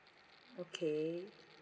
okay